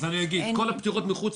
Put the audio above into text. כל הפטירות מחוץ